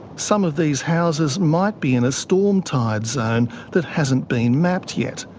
some of these houses might be in a storm tide zone that hasn't been mapped yet,